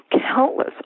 countless